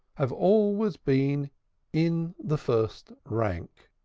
have always been in the first rank.